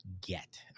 get